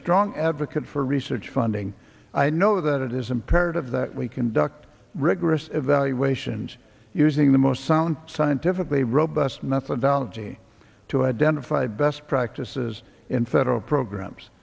strong advocate for research funding i know that it is imperative that we conduct rigorous evaluations using the most sound scientifically robust methodology to identify best practices in federal programs